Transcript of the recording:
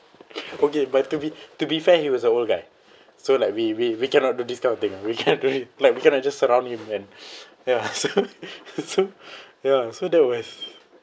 okay but to be to be fair he was an old guy so like we we we cannot do this kind of thing ah we can't do it like we cannot just surround him and ya so so ya so that was